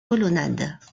colonnades